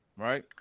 right